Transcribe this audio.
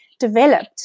Developed